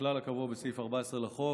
הכלל הקבוע בסעיף 14 לחוק,